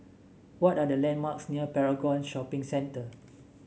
what are the landmarks near Paragon Shopping Center